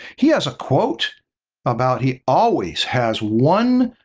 he has a quote about he always has one,